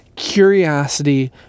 Curiosity